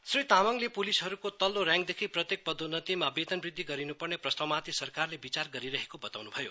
श्री तामङले पुलिसहरुको तल्लो रेङ्कदेखि प्रत्येक पदोन्नतिमा वेतन वृद्धि गरिनु पर्ने प्रस्तावमाथि सरकारले विचार गरिरहेको वताउनु भयो